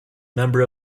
member